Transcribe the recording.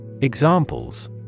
Examples